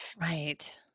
right